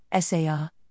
SAR